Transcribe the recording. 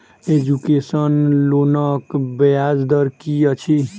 Education लोनक ब्याज दर की अछि?